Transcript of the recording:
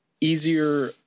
easier